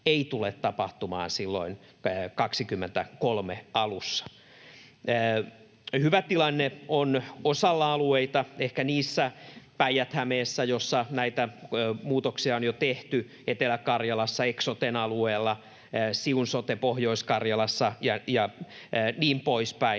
ei tule tapahtumaan silloin 23 alussa. Hyvä tilanne on osalla alueita, ehkä Päijät-Hämeessä, jossa näitä muutoksia on jo tehty, Etelä-Karjalassa Eksoten alueella, Siun sote Pohjois-Karjalassa ja niin poispäin,